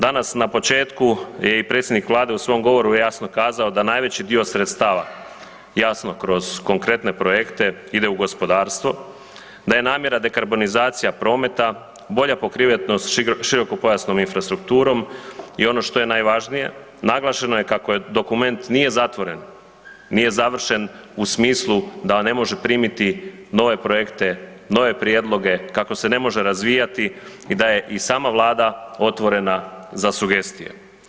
Danas na početku je i predsjednik Vlade u svom govoru jasno kazao da najveći dio sredstava jasno kroz konkretne projekte ide u gospodarstvo, da je namjera dekarbonizacija prometa, bolja pokrivenost širokopojasnom infrastrukturom i ono što je najvažnije, naglašeno je kako je dokument nije zatvoren, nije završen u smislu da ne može primiti nove projekte, nove prijedloge, kako se ne može razvijati i da je i sama Vlada otvorena za sugestije.